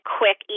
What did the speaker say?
quick